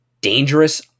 dangerous